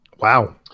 Wow